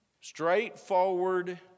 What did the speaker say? straightforward